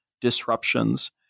disruptions